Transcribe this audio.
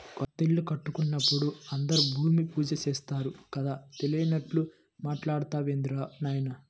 కొత్తిల్లు కట్టుకుంటున్నప్పుడు అందరూ భూమి పూజ చేత్తారు కదా, తెలియనట్లు మాట్టాడతావేందిరా నాయనా